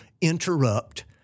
interrupt